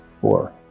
Four